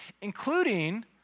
including